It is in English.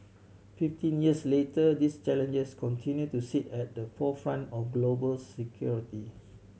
fifteen years later these challenges continue to sit at the forefront of global security